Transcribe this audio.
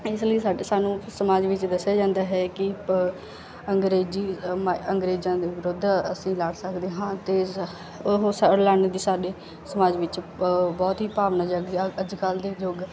ਇਸ ਲਈ ਸਾਡੇ ਸਾਨੂੰ ਸਮਾਜ ਵਿੱਚ ਦੱਸਿਆ ਜਾਂਦਾ ਹੈ ਕਿ ਪ ਅੰਗਰੇਜ਼ੀ ਮਾ ਅੰਗਰੇਜ਼ਾਂ ਦੇ ਵਿਰੁੱਧ ਅਸੀਂ ਲੜ ਸਕਦੇ ਹਾਂ ਅਤੇ ਸ ਉਹ ਲੜਨ ਦੀ ਸਾਡੇ ਸਮਾਜ ਵਿੱਚ ਪ ਬਹੁਤ ਹੀ ਭਾਵਨਾ ਜਾਗਦੀ ਅੱਜ ਕੱਲ੍ਹ ਦੇ ਯੁੱਗ